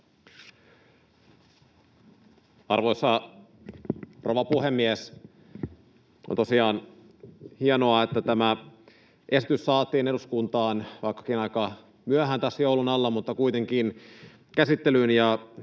Arvoisa rouva puhemies! On tosiaan hienoa, että tämä esitys saatiin eduskuntaan käsittelyyn, vaikkakin aika myöhään tässä joulun alla mutta kuitenkin. Eilen